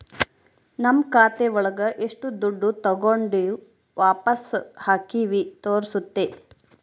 ನಮ್ ಖಾತೆ ಒಳಗ ಎಷ್ಟು ದುಡ್ಡು ತಾಗೊಂಡಿವ್ ವಾಪಸ್ ಹಾಕಿವಿ ತೋರ್ಸುತ್ತೆ